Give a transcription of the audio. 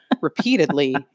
repeatedly